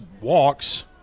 walks